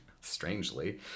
strangely